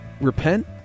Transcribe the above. repent